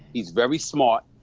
he's very smart,